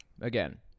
again